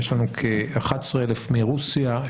יש לנו כ-11,000 מרוסיה,